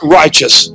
righteous